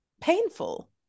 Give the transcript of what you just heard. painful